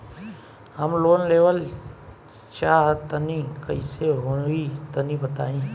हम लोन लेवल चाहऽ तनि कइसे होई तनि बताई?